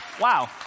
wow